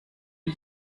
wie